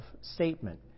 statement